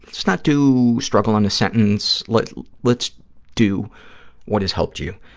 let's not do struggle in a sentence, let's let's do what has helped you,